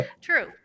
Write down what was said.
True